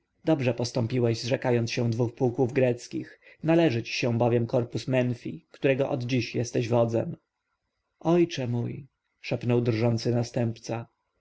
dobrze postąpiłeś zrzekając się dwu pułków greckich należy ci się bowiem korpus menfi którego od dzisiaj jesteś wodzem ojcze mój szepnął drżący następca